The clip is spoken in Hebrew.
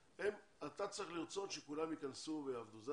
אתה צריך לרצות שכולם ייכנסו ויעבדו, נכון?